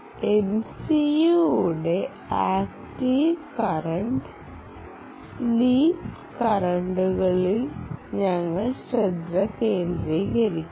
MCU യുടെ active current sleep കറന്റുകളിൽ ഞങ്ങൾ ശ്രദ്ധ കേന്ദ്രീകരിക്കും